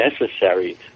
necessary